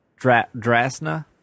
Drasna